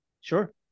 Sure